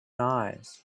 eyes